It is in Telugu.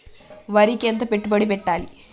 వరికి ఎంత పెట్టుబడి పెట్టాలి?